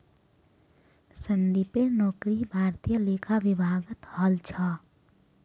संदीपेर नौकरी भारतीय लेखा विभागत हल छ